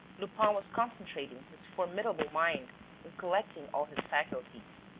lupin was concentrating his formidable mind and collecting all his faculties.